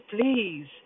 please